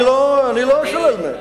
אני לא שולל מהם.